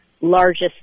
largest